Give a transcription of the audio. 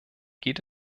geht